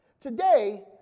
Today